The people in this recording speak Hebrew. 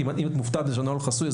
אם את מופתעת מכך שהנוהל חסוי,